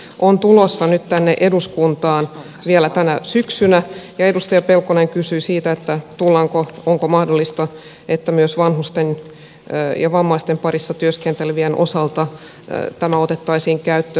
se laki on tulossa nyt tänne eduskuntaan vielä tänä syksynä ja edustaja pelkonen kysyi siitä onko mahdollista että myös vanhusten ja vammaisten parissa työskentelevien osalta tämä otettaisiin käyttöön